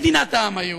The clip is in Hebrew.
מדינת העם היהודי.